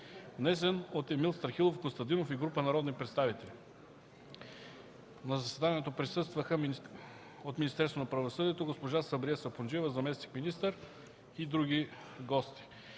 внесен от Емил Страхилов Костадинов и група народни представители. На заседанието присъстваха от Министерство на правосъдието госпожа Сабрие Сапунджиева – заместник-министър, и други гости.